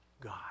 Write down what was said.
God